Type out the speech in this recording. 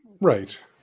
right